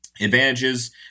Advantages